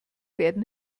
werden